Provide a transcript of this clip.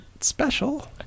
special